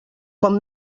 com